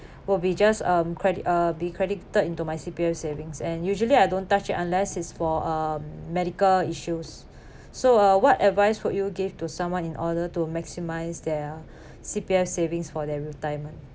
will be just um credit uh be credited into my C_P_F savings and usually I don't touch it unless it's for um medical issues so uh what advise would you give to someone in order to maximise their C_P_F savings for their retirement